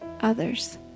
others